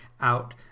out